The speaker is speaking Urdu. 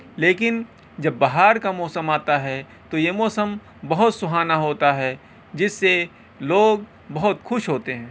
لیکن جب بہار کا موسم آتا ہے تو یہ موسم بہت سہانا ہوتا ہے جس سے لوگ بہت خوش ہوتے ہیں